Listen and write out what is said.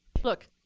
look.